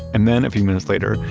and then, a few minutes later,